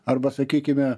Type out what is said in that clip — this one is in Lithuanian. arba sakykime